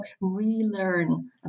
relearn